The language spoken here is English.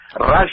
Russia